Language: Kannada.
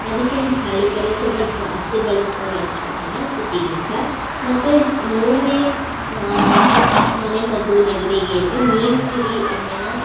ಅದಕ್ಕೆಂತ ಹಳ್ಳಿ ಕಡೆ ಸ್ವಲ್ಪ ಜಾಸ್ತಿ ಬಳಸ್ತಾರೆ ಅನ್ಕೊತೀನಿ ಸಿಟಿಗಿಂತ ಮತ್ತು ಮೂರನೇ ಮನೆ ಮದ್ದು ನೆಗಡಿಗೆ ಅಂದರೆ ನೀಲಗಿರಿ ಎಣ್ಣೆನಾ